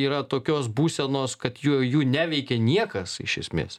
yra tokios būsenos kad jau jų neveikia niekas iš esmės